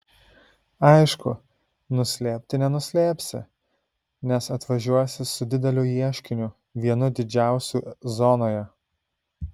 aišku nuslėpti nenuslėpsi nes atvažiuosi su dideliu ieškiniu vienu didžiausių zonoje